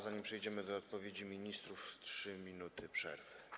Zanim przejdziemy do odpowiedzi ministrów, ogłaszam 3 minuty przerwy.